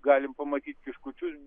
galim pamatyt kiškučius